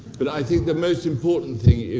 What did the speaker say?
but i think the most important thing,